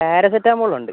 പാരസെറ്റാമോളുണ്ട്